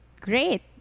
great